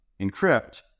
encrypt